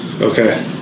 Okay